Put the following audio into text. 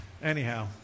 Anyhow